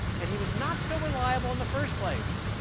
and he was not so reliable in the first place.